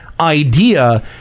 idea